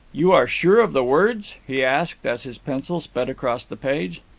you are sure of the words? he asked, as his pencil sped across the page.